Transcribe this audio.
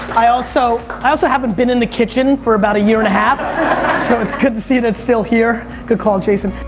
i also i also haven't been in the kitchen for about a year and a half so it's good to see and it's still here. good call jason.